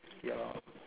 ya lor